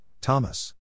Thomas